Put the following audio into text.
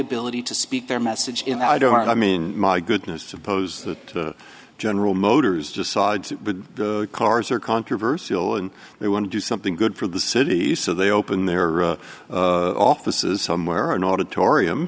ability to speak their message in that i don't i mean my goodness suppose that general motors decides the cars are controversial and they want to do something good for the city so they open there are offices somewhere an auditorium